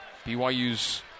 BYU's